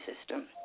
system